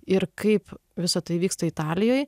ir kaip visa tai vyksta italijoj